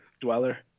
dweller